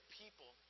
people